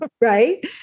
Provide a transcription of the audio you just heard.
Right